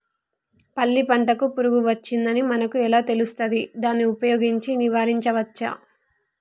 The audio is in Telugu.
పల్లి పంటకు పురుగు వచ్చిందని మనకు ఎలా తెలుస్తది దాన్ని ఉపయోగించి నివారించవచ్చా?